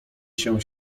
się